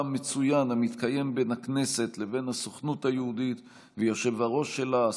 המצוין המתקיים בין הכנסת לבין הסוכנות היהודית והיושב-ראש שלה,